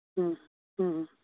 ᱦᱮᱸ ᱦᱮᱸ